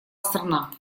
страна